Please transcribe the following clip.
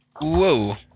Whoa